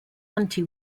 anti